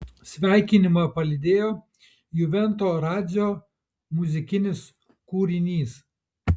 sveikinimą palydėjo juvento radzio muzikinis kūrinys